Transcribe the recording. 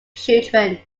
children